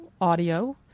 audio